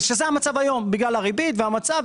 זה המצב היום, בגלל הריבית והמצב.